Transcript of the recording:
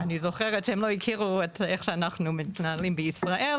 אני זוכרת שהם לא הכירו את איך שאנחנו מתנהלים בישראל,